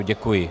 Děkuji.